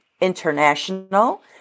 International